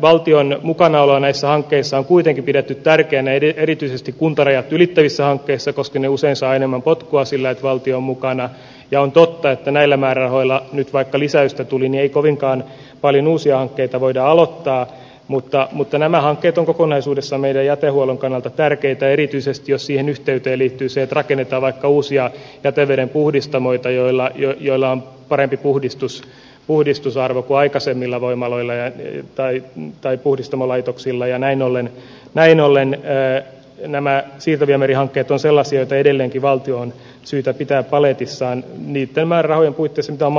valtion mukanaoloa näissä hankkeissa on kuitenkin pidetty tärkeänä ja erityisesti kuntarajat ylittävissä hankkeissa koska ne usein saa enemmän potkua sillä valtio mukana ja on totta että näillä määrärahoilla nyt vaikka lisäystä tulin ei kovinkaan paljon uusia hankkeita voida aloittaa mutta mutta nämä hankkeet on kokonaisuudessaan mediajätehuollon kannalta tärkeitä erityisesti asian yhteyteen liittyisivät rakennetaan vaikka uusia jätevedenpuhdistamoita joilla ja joilla on parempi puhdistus uudistusarvo vaikka se millä voimaloille ja tai taitpuhdistamolaitoksilla ja näin ollen näin ollen erä ja nämä siirtoviemärihankkeetoselasiat edelleenkin valtio on syytä pitää paletissaan niitten määrärahojen huittisentamaan